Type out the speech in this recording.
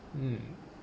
mm